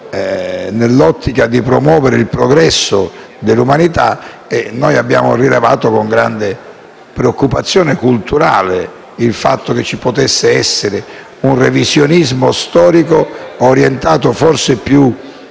nell'ottica di promuovere il progresso dell'umanità, abbiamo rilevato con grande preoccupazione culturale il fatto che ci potesse essere un revisionismo storico orientato forse più